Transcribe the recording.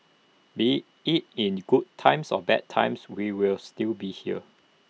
be IT in good times or bad times we will still be here